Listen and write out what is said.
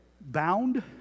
bound